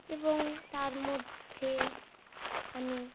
এবং তার মধ্যে আমি